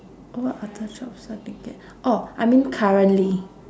what other jobs I didn't get orh I mean currently